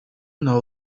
know